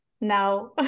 now